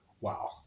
Wow